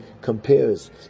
compares